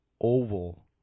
oval